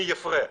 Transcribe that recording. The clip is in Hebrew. מי יפרה.